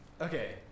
Okay